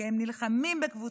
כי הם נלחמים בקבוצה,